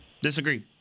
Disagree